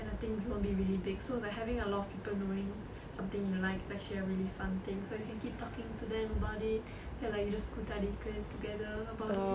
and I think it's gonna be really big so is like having a lot of people knowing something you like is actually a very fun thing so you can keep talking to them about it ya like you just கூத்தடிக்க:kutthadikka together about it